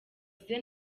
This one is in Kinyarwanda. avuze